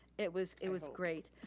it was it was great.